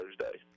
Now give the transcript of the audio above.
Thursday